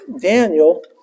Daniel